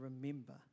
remember